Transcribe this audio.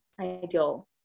ideal